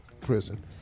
prison